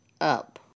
up